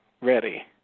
ready